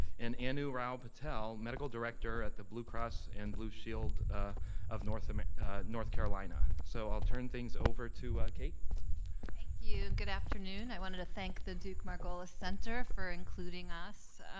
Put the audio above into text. and anu rao-patel, medical director at the blue cross and blue shield of north um north carolina. so i'll turn things over to kate. thank you, good afternoon. i wanted to thank the duke-margolis center for including us.